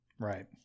Right